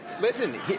listen